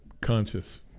conscious